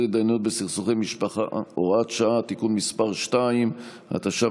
התדיינויות בסכסוכי משפחה (הוראת שעה) (תיקון מס' 2),